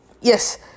Yes